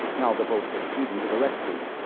now the boats are speeding to the rescue